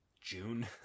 June